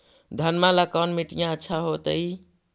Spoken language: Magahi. घनमा ला कौन मिट्टियां अच्छा होतई?